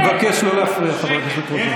אני מבקש לא להפריע, חברת הכנסת רוזין.